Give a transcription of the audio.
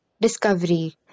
discovery